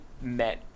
met